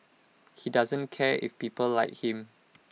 he doesn't care if people like him